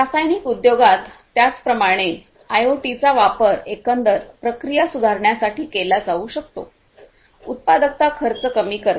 रासायनिक उद्योगात त्याचप्रमाणे आयओटीचा वापर एकंदर प्रक्रिया सुधारण्यासाठी केला जाऊ शकतो उत्पादकता खर्च कमी करते